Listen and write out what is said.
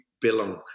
belong